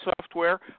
Software